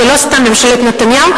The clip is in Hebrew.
ולא סתם ממשלת נתניהו,